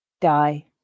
die